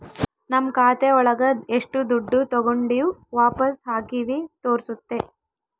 ನಮ್ ಖಾತೆ ಒಳಗ ಎಷ್ಟು ದುಡ್ಡು ತಾಗೊಂಡಿವ್ ವಾಪಸ್ ಹಾಕಿವಿ ತೋರ್ಸುತ್ತೆ